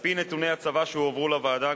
על-פי נתוני הצבא שהועברו לוועדה,